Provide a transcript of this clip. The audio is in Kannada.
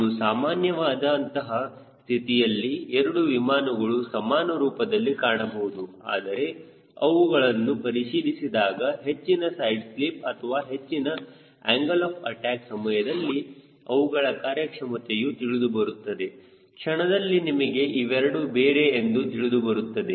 ಒಂದು ಸಾಮಾನ್ಯವಾದ ಅಂತಹ ಸ್ಥಿತಿಯಲ್ಲಿ ಎರಡು ವಿಮಾನಗಳು ಸಮಾನ ರೂಪದಲ್ಲಿ ಕಾಣಬಹುದು ಆದರೆ ಅವುಗಳನ್ನು ಪರಿಶೀಲಿಸಿದಾಗ ಹೆಚ್ಚಿನ ಸೈಡ್ ಸ್ಲಿಪ್ ಅಥವಾ ಹೆಚ್ಚಿನ ಆಂಗಲ್ ಆಫ್ ಅಟ್ಯಾಕ್ ಸಮಯದಲ್ಲಿ ಅವುಗಳ ಕಾರ್ಯಕ್ಷಮತೆಯು ತಿಳಿದುಬರುತ್ತದೆ ಕ್ಷಣದಲ್ಲಿ ನಿಮಗೆ ಇವೆರಡು ಬೇರೆ ಎಂದು ತಿಳಿದುಬರುತ್ತದೆ